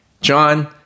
John